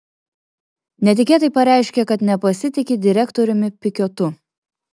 netikėtai pareiškė kad nepasitiki direktoriumi pikiotu